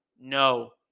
No